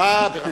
שאוכל לרשום.